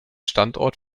standort